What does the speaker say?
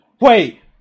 wait